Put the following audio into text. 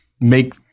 make